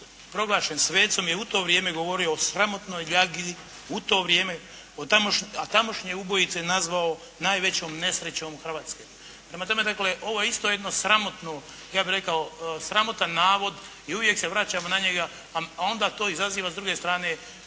proglašen svecom je u to vrijeme govorio o sramotnoj ljagi u to vrijeme, a tamošnje ubojice je nazvao najvećom nesrećom Hrvatske. Prema tome, dakle ovo je isto jedno sramotno, ja bih rekao sramotan navod i uvijek se vraćamo na njega, a onda to izaziva s druge strane